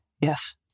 Yes